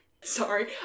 Sorry